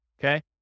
Okay